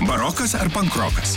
barokas ar pankrokas